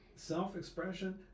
Self-expression